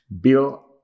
Bill